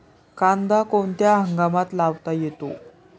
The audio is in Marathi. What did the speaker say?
कांदा कोणत्या हंगामात लावता येतो?